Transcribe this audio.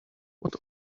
what